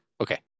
okay